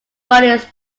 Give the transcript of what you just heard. bodies